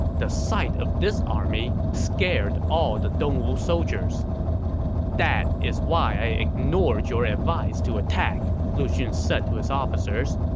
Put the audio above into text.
the sight of this army scared all the dongwu soldiers that is why i ignored your advice to attack, lu xun said to his officers.